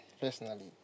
Personally